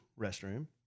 restroom